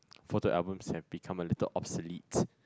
photo albums have become a little obsolete